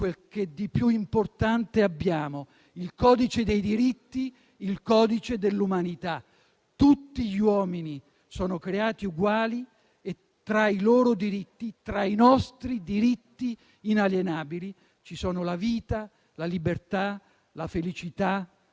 che di più importante abbiamo, il codice dei diritti, il codice dell'umanità: tutti gli uomini sono creati uguali e, tra i loro diritti, tra i nostri diritti inalienabili, ci sono la vita, la libertà, la felicità.